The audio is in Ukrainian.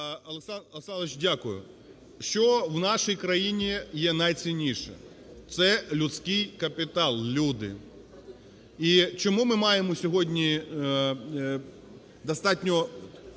Олександре Володимировичу, дякую. Що в нашій країні є найцінніше? Це людський капітал, люди. І чому ми маємо сьогодні достатньо…